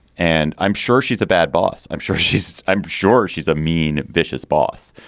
and i'm sure she's the bad boss. i'm sure she's i'm sure she's a mean, vicious boss.